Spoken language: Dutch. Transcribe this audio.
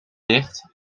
dicht